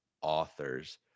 authors